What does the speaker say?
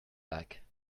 like